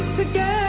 together